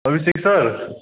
Abhishek sir